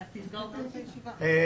אז תנעל את הישיבה.